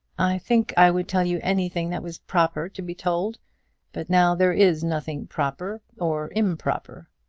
i think i would tell you anything that was proper to be told but now there is nothing proper or improper.